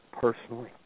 personally